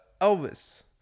Elvis